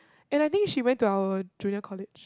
and I think she went to our junior college